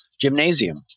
gymnasium